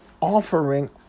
offering